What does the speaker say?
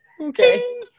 Okay